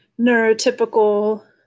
neurotypical